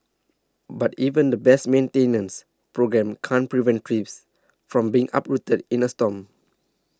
but even the best maintenance programme can't prevent trees from being uprooted in a storm